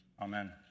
Amen